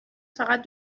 فقط